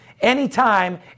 anytime